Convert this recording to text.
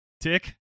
Tick